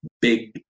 big